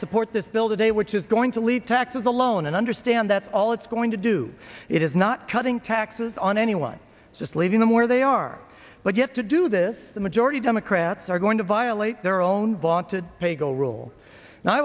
support this bill today which is going to lead taxes alone and understand that all its going to do it is not cutting taxes on anyone just leaving them where they are but yet to do this the majority democrats are going to violate their own bond to pay go rule